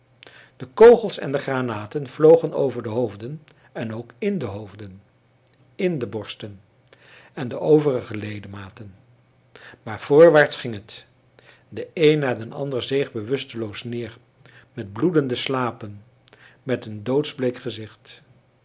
de kogels en de granaten vlogen over de hoofden en ook in de hoofden in de borsten en de overige ledematen maar voorwaarts ging het de een na den ander zeeg bewusteloos neer met bloedende slapen met een doodsbleek gezicht